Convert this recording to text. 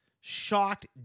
shocked